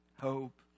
hope